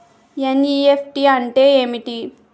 NEFT అంటే ఏమిటి?